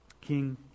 King